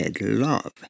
Love